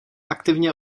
aktivně